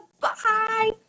bye